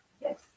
yes